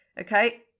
okay